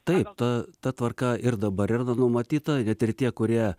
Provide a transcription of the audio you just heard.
taip ta ta tvarka ir dabar yra numatyta net ir tie kurie